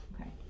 Okay